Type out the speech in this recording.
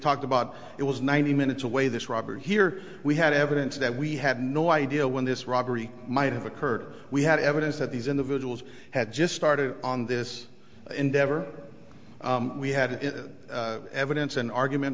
talked about it was ninety minutes away this robber here we had evidence that we had no idea when this robbery might have occurred we had evidence that these individuals had just started on this endeavor we had evidence an argument